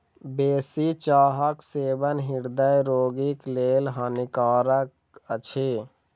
बेसी चाहक सेवन हृदय रोगीक लेल हानिकारक अछि